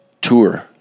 tour